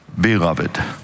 beloved